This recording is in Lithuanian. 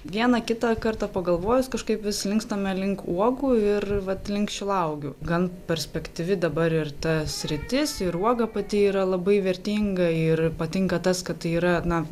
vieną kitą kartą pagalvojus kažkaip vis linkstame link uogų ir vat link šilauogių gan perspektyvi dabar ir ta sritis ir uoga pati yra labai vertinga ir patinka tas kad tai yra na